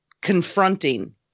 confronting